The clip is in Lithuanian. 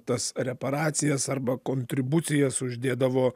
tas reparacijas arba kontribucijas uždėdavo